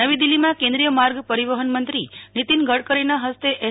નવી દિલ્ફીમાં કેન્દ્રીય માર્ગ પરિવફન મંત્રી નીતિન ગડકરીના ફસ્તે એસ